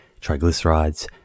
triglycerides